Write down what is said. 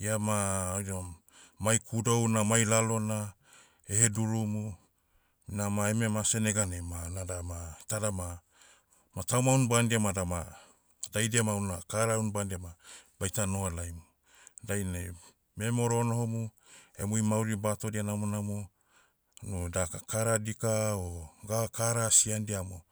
Ia ma, oidiam, mai kudouna mai lalona, ehedurumu. Ina ma eme mase neganai ma nada ma, tada ma, ma tauma unbandia ma dama, daidia ma una kara unbandia ma, baita noho laim. Dainai, memoro onohomu, emui mauri batodia namonamo, unu daka kara dika o, ga kara asi andia mo,